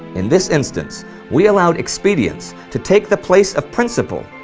in this instance we allowed expedience to take the place of principle,